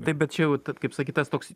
taip bet čia jau t kaip sakyt tas toks